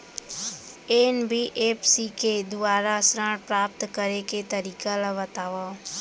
NBFC के दुवारा ऋण प्राप्त करे के तरीका ल बतावव?